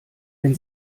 wenn